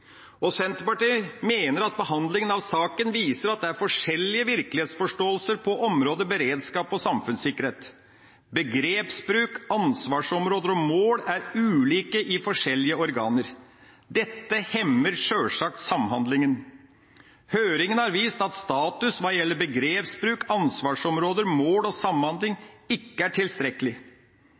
virkelighetsforståelse. Senterpartiet mener at behandlinga av saken viser at det er forskjellig virkelighetsforståelse på området beredskap og samfunnssikkerhet. Begrepsbruk, ansvarsområder og mål er ulike i forskjellige organer. Dette hemmer sjølsagt samhandlinga. Høringa har vist at status hva gjelder begrepsbruk, ansvarsområder, mål og samhandling, ikke er tilstrekkelig.